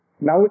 Now